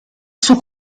suo